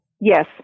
Yes